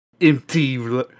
empty